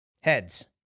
Heads